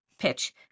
pitch